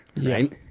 Right